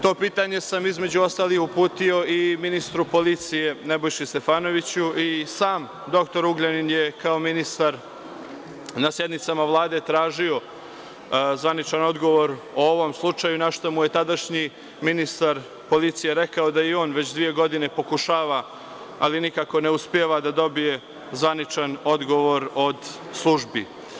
To pitanje sam između ostalih, uputio i ministru policije Nebojši Stefanoviću i sam dr Ugljanin je, kao ministar, na sednicama Vlade tražio zvaničan odgovor o ovom slučaju, na šta mu je tadašnji ministar policije rekao da i on već dve godine pokušava, ali nikako ne uspeva da dobije zvaničan odgovor od službi.